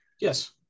yes